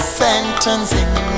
sentencing